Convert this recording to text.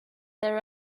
their